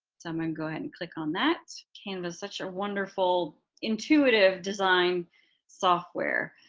to um and go ahead and click on that. canva such a wonderful intuitive, design software.